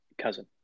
cousin